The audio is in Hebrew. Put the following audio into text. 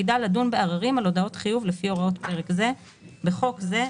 שתפקידה לדון בעררים על הודעות חיוב לפי הוראות פרק זה (בחוק זה,